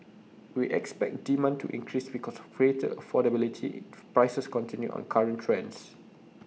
we expect demand to increase because of greater affordability prices continue on current trends